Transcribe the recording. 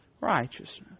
righteousness